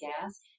gas